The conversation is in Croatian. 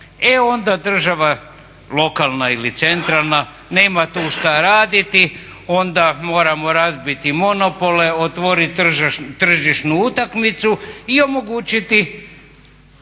e onda država lokalne ili centralna nema tu šta raditi, onda moram razbiti monopole, otvorit tržišnu utakmicu i omogućiti